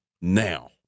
now